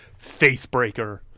Facebreaker